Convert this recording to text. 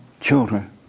children